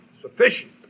sufficient